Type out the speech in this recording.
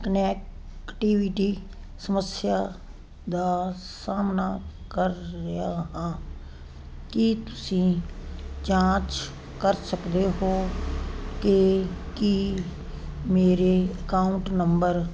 connectivity ਸਮੱਸਿਆਵਾਂ ਦਾ ਸਾਹਮਣਾ ਕਰ ਰਿਹਾ ਹਾਂ ਕੀ ਤੁਸੀਂ ਜਾਂਚ ਕਰ ਸਕਦੇ ਹੋ ਕਿ ਕੀ ਮੇਰੇ ਅਕਾਊਂਟ ਨੰਬਰ